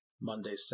Monday